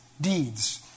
deeds